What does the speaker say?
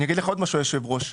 היושב-ראש,